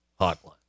hotline